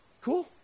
Cool